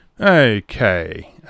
Okay